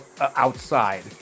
outside